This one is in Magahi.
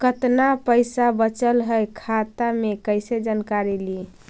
कतना पैसा बचल है खाता मे कैसे जानकारी ली?